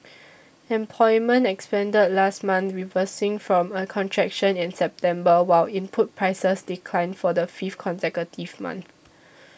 employment expanded last month reversing from a contraction in September while input prices declined for the fifth consecutive month